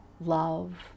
love